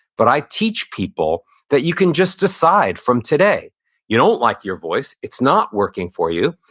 but i teach people that you can just decide from today you don't like your voice, it's not working for you,